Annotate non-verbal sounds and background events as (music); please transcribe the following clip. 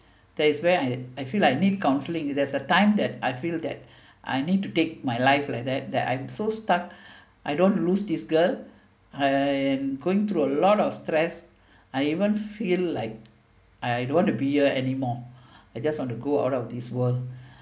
that is where I I feel I need counseling there's a time that I feel that I need to take my life like that that I'm so stuck (breath) I don't lose this girl I'm going through a lot of stress I even feel like I don't want to be here anymore I just want to go out of this world